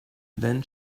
then